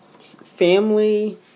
family